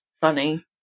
funny